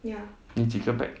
你几个 bag